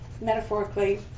metaphorically